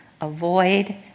avoid